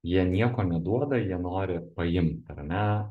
jie nieko neduoda jie nori paimt ar ne